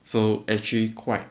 so actually quite